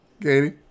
Katie